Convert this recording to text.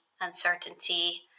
uncertainty